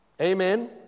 Amen